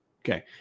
Okay